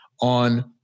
on